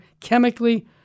chemically